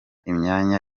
imyanya